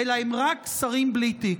אלא הם רק שרים בלי תיק.